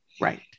Right